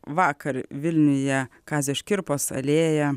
vakar vilniuje kazio škirpos alėja